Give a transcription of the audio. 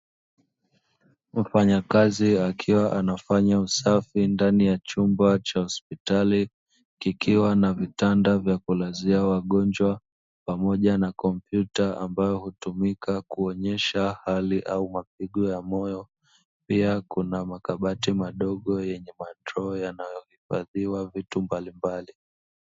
Mfanyakazi akiwa anafanya usafi ndani ya chumba cha hospitali kikiwa na vitanda vya kulazia wagonjwa pamoja na komputa ambayo hutumika kuonyesha hali au mapigo ya moyo, pia kuna makabati madogo yenye mato yanayokubaliwa vitu mbalimbali.